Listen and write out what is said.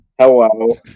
Hello